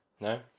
No